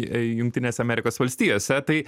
jungtinėse amerikos valstijose tai